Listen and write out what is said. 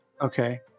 Okay